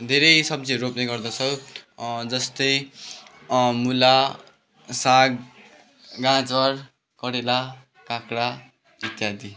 धेरै सब्जीहरू रोप्ने गर्दछौँ जस्तै मुला साग गाजर करेला काँक्रा इत्यादि